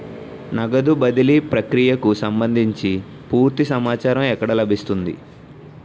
నగదు బదిలీ ప్రక్రియకు సంభందించి పూర్తి సమాచారం ఎక్కడ లభిస్తుంది?